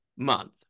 month